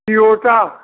Toyota